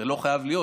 זה לא חייב להיות,